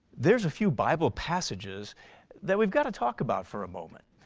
there's a few bible passages that we've got to talk about for a moment.